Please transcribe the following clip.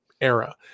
era